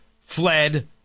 fled